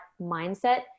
mindset